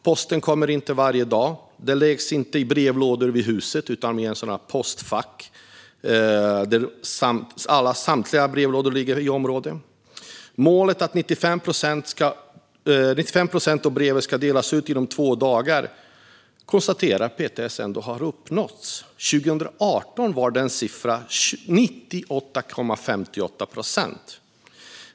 Posten kommer inte varje dag eller läggs inte i brevlådor vid husen utan i postfack där områdets samtliga brevlådor ligger. PTS konstaterar ändå att målet att 95 procent av breven ska delas ut inom två dagar har uppnåtts. År 2018 var den siffran 98,58 procent.